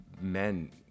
men